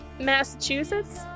Massachusetts